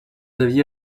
aviez